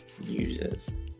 users